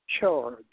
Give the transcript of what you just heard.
charge